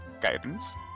guidance